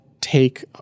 take